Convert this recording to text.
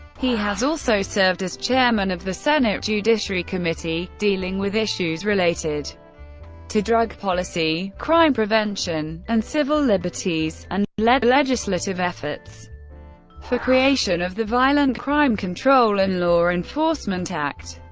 he has also served as chairman of the senate judiciary committee, dealing with issues related to drug policy, crime prevention, and civil liberties, and led the legislative efforts for creation of the violent crime control and law enforcement act,